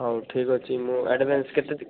ହଉ ଠିକ୍ ଅଛି ମୁଁ ଏଡ଼ଭାନ୍ସ କେତେ ଦେବି